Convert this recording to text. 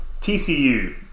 TCU